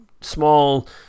small